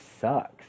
sucks